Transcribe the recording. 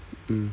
mm